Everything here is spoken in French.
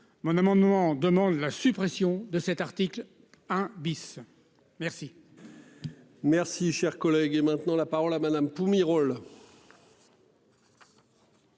mon amendement demande la suppression de cet article 1 bis. Merci.